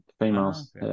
females